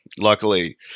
luckily